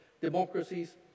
democracies